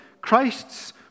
Christ's